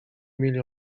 mieli